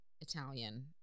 Italian